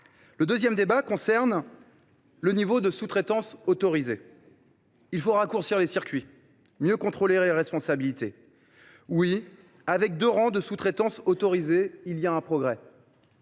Le deuxième débat concerne le niveau de sous traitance autorisé. Il faut raccourcir les circuits et mieux contrôler les responsabilités. Oui, autoriser deux rangs de sous traitance est progrès